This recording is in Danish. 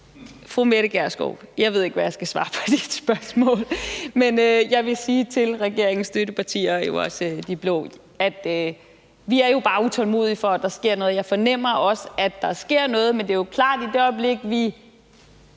Fru Mette Gjerskov, jeg ved ikke, hvad jeg skal svare på dit spørgsmål. Men jeg vil sige til regeringens støttepartier, og jo også til de blå, at vi bare er utålmodige, for at der sker noget. Og jeg fornemmer også, at der sker noget, men det er jo klart, at i det øjeblik, vi